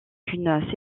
une